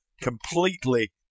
completely